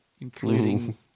including